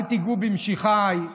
"אל תגעו במשיחי",